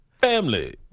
family